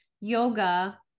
yoga